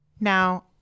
Now